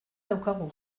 daukagu